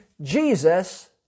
Jesus